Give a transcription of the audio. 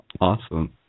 Awesome